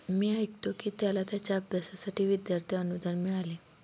मी ऐकतो की त्याला त्याच्या अभ्यासासाठी विद्यार्थी अनुदान मिळाले